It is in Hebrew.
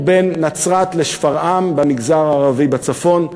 בין נצרת לשפרעם במגזר הערבי בצפון.